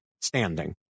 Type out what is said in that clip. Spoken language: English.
standing